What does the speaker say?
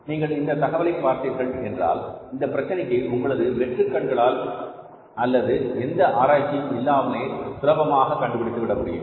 நீங்கள் இந்த தகவலை பார்த்தீர்கள் என்றால் இந்த பிரச்சனைக்கு உங்களது வெற்று கண்களால் நல்லது எந்த ஆராய்ச்சிகளும் இல்லாமலே சுலபமாக கண்டுபிடித்துவிடலாம்